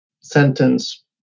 sentence